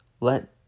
let